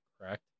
correct